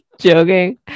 Joking